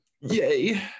Yay